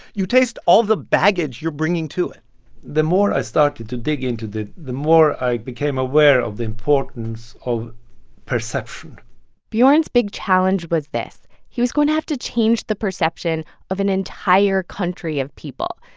you taste all the baggage you're bringing to it the more i started to dig into it, the more i became aware of the importance of perception bjorn's big challenge was this he was going to have to change the perception of an entire country of people,